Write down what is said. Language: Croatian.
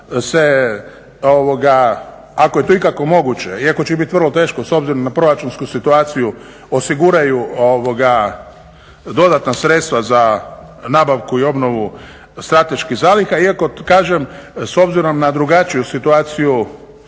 se ako je to ikako moguće iako će bit vrlo teško s obzirom na proračunsku situaciju, osiguraju dodatna sredstva za nabavku i obnovu strateških zaliha, iako kažem s obzirom na drugačiju situaciju